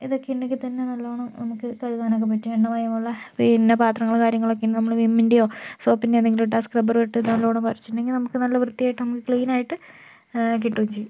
ഇതൊക്കെ ഉണ്ടെങ്കിൽ തന്നെ നല്ലോണം നമുക്ക് കഴുകാനൊക്കെ പറ്റും എണ്ണമയമുള്ള പിന്നെ പാത്രങ്ങള് കാര്യങ്ങളൊക്കെ നമ്മള് വിമ്മിൻ്റെയോ സോപ്പിൻ്റെയോ എന്തെങ്കിലുമിട്ടാൽ സ്ക്രബ്ബറുമിട്ട് നല്ലോണം ഉരച്ചിട്ടുണ്ടെങ്കിൽ നമുക്ക് നല്ല വൃത്തിയായിട്ട് നമുക്ക് ക്ലീൻ ആയിട്ട് കിട്ടുകയും ചെയ്യും